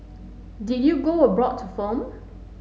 did you go abroad to film